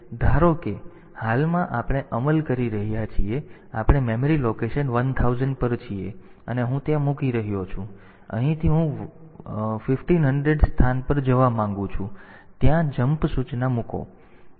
જેમ કે ધારો કે હાલમાં આપણે અમલ કરી રહ્યા છીએ આપણે મેમરી લોકેશન 1000 પર છીએ અને હું ત્યાં મૂકી રહ્યો છું અહીંથી હું 1500 સ્થાન પર જવા માંગુ છું ત્યાં જમ્પ સૂચના મૂકો